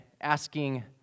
asking